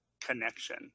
connection